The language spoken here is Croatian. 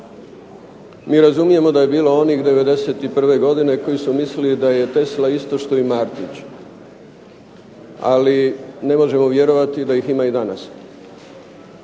Mi razumijemo da je bilo onih '91. godine koji su mislili da je Tesla isto što i Martić. Ali ne možemo vjerovati da ih ima i danas.